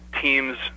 teams